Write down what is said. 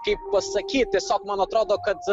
kaip pasakyt tiesiog man atrodo kad